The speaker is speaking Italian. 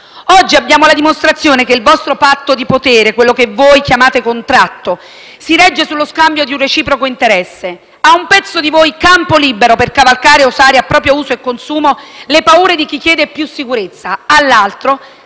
Oggi abbiamo la dimostrazione che il vostro patto di potere - quello che voi chiamate contratto - si regge sullo scambio di un reciproco interesse: a un pezzo di voi campo libero per cavalcare e usare a proprio uso e consumo le paure di chi chiede più sicurezza;